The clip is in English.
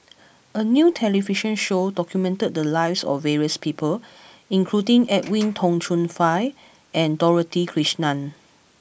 a new television show documented the lives of various people including Edwin Tong Chun Fai and Dorothy Krishnan